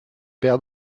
paire